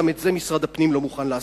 גם את זה משרד הפנים לא מוכן לעשות.